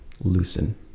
loosen